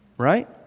right